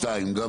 שניים.